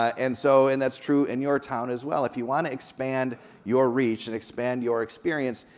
and so and that's true in your town as well. if you wanna expand your reach and expand your experience,